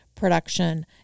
Production